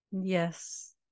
Yes